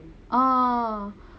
ah